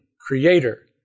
creator